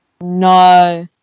No